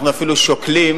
אנחנו אפילו שוקלים,